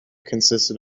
consisted